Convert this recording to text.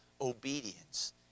obedience